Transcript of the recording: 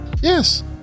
Yes